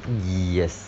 yes